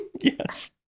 Yes